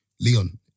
Leon